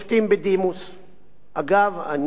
אגב, אני קבעתי כלל